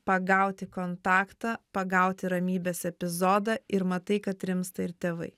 pagauti kontaktą pagauti ramybės epizodą ir matai kad rimsta ir tėvai